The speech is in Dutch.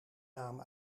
naam